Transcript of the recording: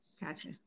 gotcha